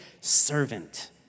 servant